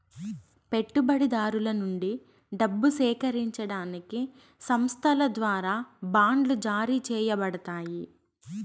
పెట్టుబడిదారుల నుండి డబ్బు సేకరించడానికి సంస్థల ద్వారా బాండ్లు జారీ చేయబడతాయి